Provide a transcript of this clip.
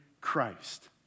Christ